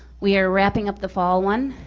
we are wrapping up the fall one.